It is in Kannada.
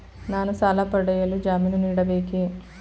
ನಾನು ಸಾಲ ಪಡೆಯಲು ಜಾಮೀನು ನೀಡಬೇಕೇ?